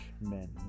men